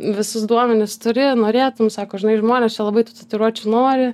visus duomenis turi norėtum sako žinai žmonės čia labai tų tatuiruočių nori